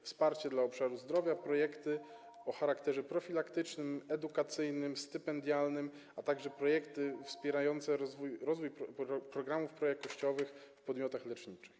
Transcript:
Wsparcie dla obszaru zdrowia, projekty o charakterze profilaktycznym, edukacyjnym, stypendialnym, a także projekty wspierające rozwój programów projakościowych w podmiotach leczniczych.